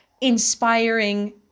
inspiring